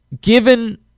given